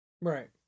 Right